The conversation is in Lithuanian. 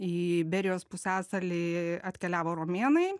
į iberijos pusiasalį atkeliavo romėnai